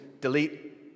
delete